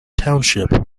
township